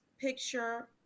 picture